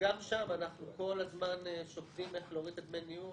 וגם שם אנחנו כל הזמן שוקדים איך להוריד את דמי הניהול,